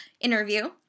interview